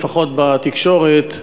לפחות בתקשורת,